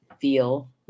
feel